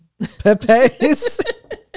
Pepes